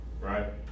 Right